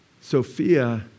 Sophia